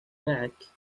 معك